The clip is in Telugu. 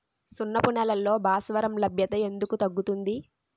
సున్నపు నేలల్లో భాస్వరం లభ్యత ఎందుకు తగ్గుతుంది?